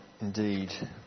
Indeed